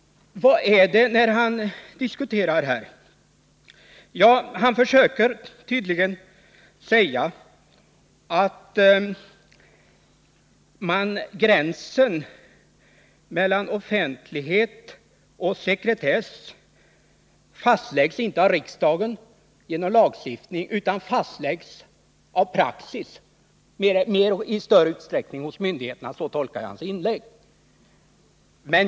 Vad är det han diskuterar här? Ja, han försöker tydligen säga att gränsen mellan offentlighet och sekretess fastläggs inte av riksdagen genom lagstiftning utan i stor utsträckning av praxis hos myndigheterna — så tolkar jag hans inlägg.